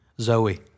Zoe